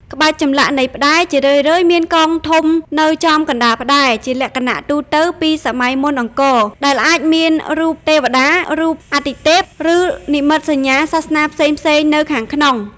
ក្បាច់ចម្លាក់នៃផ្ដែរ ជារឿយៗមាន កងធំ នៅចំកណ្ដាលផ្តែរ (ជាលក្ខណៈទូទៅពីសម័យមុនអង្គរ) ដែលអាចមានរូបទេវតា រូបអាទិទេព ឬនិមិត្តសញ្ញាសាសនាផ្សេងៗនៅខាងក្នុង។